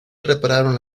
repararon